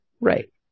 Right